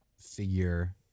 figure